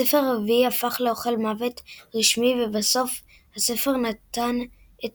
בספר הרביעי הפך לאוכל מוות רשמי ובסוף הספר נתן את